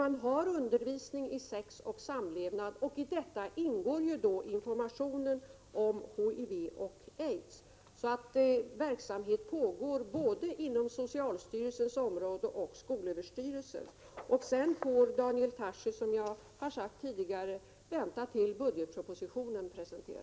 Man ger i dessa undervisning om sex och samlevnad, och i den ingår att man lämnar information om HIV och aids. Verksamhet pågår alltså både inom socialstyrelsens och inom skolöverstyrelsens område. I övrigt får Daniel Tarschys, som jag tidigare sagt, vänta tills budgetpropositionen kommer.